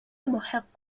محق